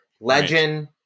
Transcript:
Legend